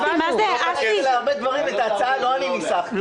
את ההצעה לא אני ניסחתי.